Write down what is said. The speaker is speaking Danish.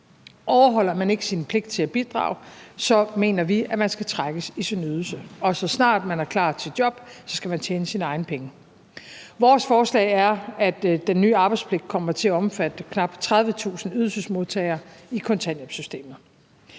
Overholder man ikke sin pligt til at bidrage, mener vi, at man skal trækkes i sin ydelse. Og så snart man er klar til job, skal man tjene sine egne penge. Vores forslag er, at den nye arbejdspligt kommer til at omfatte knap 30.000 ydelsesmodtagere i kontanthjælpssystemet.